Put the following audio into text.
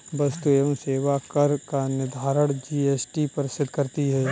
वस्तु एवं सेवा कर का निर्धारण जीएसटी परिषद करती है